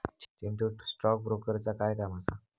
Chintu, stock ब्रोकरचा काय काम असा?